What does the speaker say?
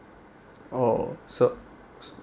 oh so